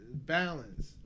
Balance